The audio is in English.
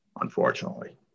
unfortunately